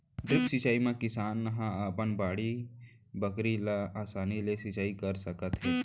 drip सिंचई म किसान ह अपन बाड़ी बखरी ल असानी ले सिंचई कर सकत हे